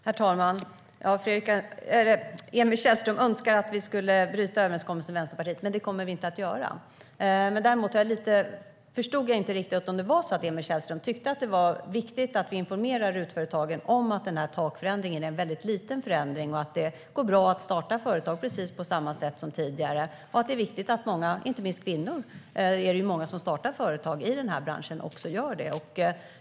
Herr talman! Emil Källström önskar att vi ska bryta överenskommelsen med Vänsterpartiet, men det kommer vi inte att göra. Däremot förstod jag inte riktigt om Emil Källström tyckte att det var viktigt att vi informerar RUT-företagen om att takförändringen är en liten förändring och att det går bra att starta företag precis på samma sätt som tidigare. Det är många kvinnor som startar företag i branschen, och de ska göra det.